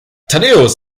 thaddäus